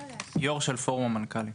יו"ר של פורום המנכ"לים.